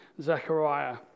Zechariah